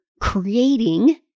creating